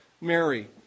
Mary